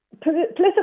political